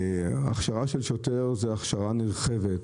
הכשרה של שוטר היא הכשרה נרחבת,